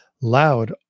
loud